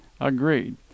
Agreed